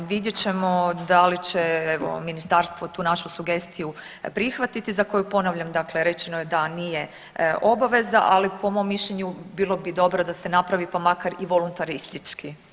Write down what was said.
Vidjet ćemo da li će evo ministarstvo tu našu sugestiju prihvatiti za koju ponavljam dakle rečeno je da nije obaveza, ali po mom mišljenju bilo bi dobro da se napravi pa makar i voluntaristički.